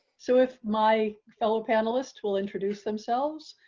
so if my fellow panelists will introduce themselves.